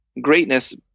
greatness